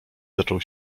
zaczął